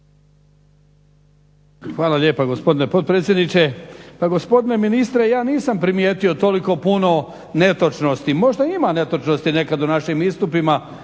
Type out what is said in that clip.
Hvala lijepa gospodine potpredsjedniče. Pa gospodine ministre, ja nisam primijetio toliko puno netočnosti. Možda ima netočnosti nekad u našim istupima